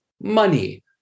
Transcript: money